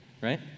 right